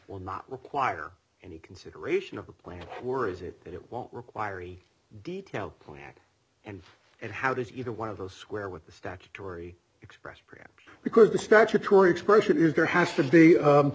will not require any consideration of a plan or is it that it won't require a detailed plan and it how does either one of those square with the statutory express perhaps because the statutory expression is there has to be